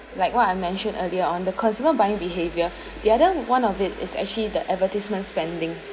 like what I mentioned earlier on the consumer buying behaviour the other one of it is actually the advertisements spending